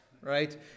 right